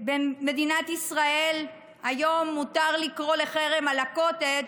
במדינת ישראל היום מותר לקרוא לחרם על הקוטג',